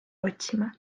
otsima